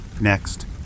Next